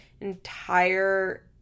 entire